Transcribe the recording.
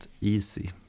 easy